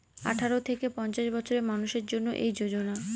আঠারো থেকে পঞ্চাশ বছরের মানুষের জন্য এই যোজনা